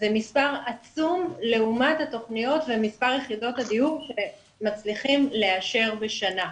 זה מספר עצום לעומת התכניות ומספר יחידות הדיור שמצליחים לאשר בשנה.